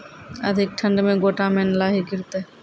अधिक ठंड मे गोटा मे लाही गिरते?